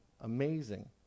amazing